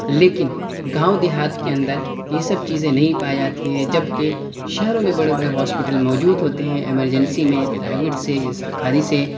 لیکن گاؤں دیہات کے اندر یہ سب چیزیں نہیں پائی جاتی ہے جب کہ شہروں میں بڑے بڑے ہاسپیٹل موجود ہوتے ہیں ایمرجنسی میں پرائیویٹ سے سرکاری سے